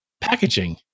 packaging